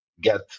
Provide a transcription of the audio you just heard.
get